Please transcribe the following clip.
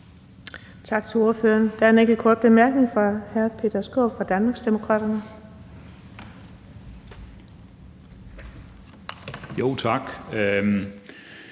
Tak til ordføreren. Der er en enkelt kort bemærkning fra hr. Peter Skaarup fra Danmarksdemokraterne. Kl.